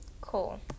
cool